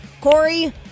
Corey